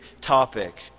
topic